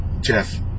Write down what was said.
Jeff